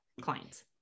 clients